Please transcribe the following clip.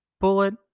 bullet